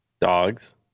dogs